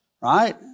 Right